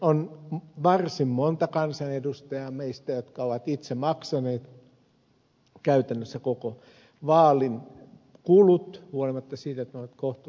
on varsin monta kansanedustajaa meistä jotka ovat itse maksaneet käytännössä koko vaalin kulut huolimatta siitä että ne ovat kohtuullisen korkeat